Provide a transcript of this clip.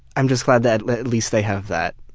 i'm just glad that at least they have that.